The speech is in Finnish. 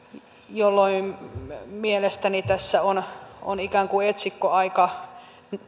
jolloin mielestäni tässä on on ikään kuin etsikkoaika